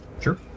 Sure